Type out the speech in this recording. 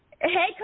Hey